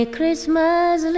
Christmas